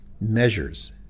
measures